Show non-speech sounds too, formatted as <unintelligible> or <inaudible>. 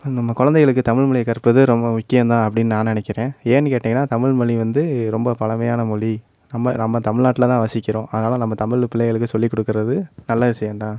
<unintelligible> நம்ம கொழந்தைகளுக்கு தமிழ் மொழிய கற்பது ரொம்ப முக்கியம் தான் அப்படின்னு நான் நினைக்கிறேன் ஏன் கேட்டீங்கனா தமிழ் மொழி வந்து ரொம்ப பழமையான மொழி நம்ம நம்ம தமிழ்நாட்ல தான் வசிக்கிறோம் அதனால் நம்ம தமிழ் பிள்ளைகளுக்கு சொல்லி கொடுக்குறது நல்ல விஷயம் தான்